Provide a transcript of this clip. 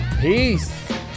Peace